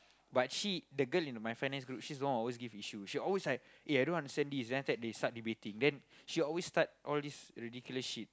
but she the girl in my finance group she's one who always give issue she always like eh I don't understand this then after that they start debating then she always start all these ridiculous shit